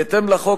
בהתאם לחוק,